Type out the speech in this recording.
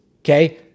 okay